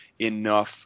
enough